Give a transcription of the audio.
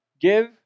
Give